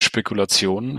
spekulationen